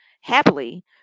happily